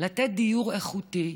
לתת דיור איכותי,